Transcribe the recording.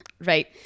right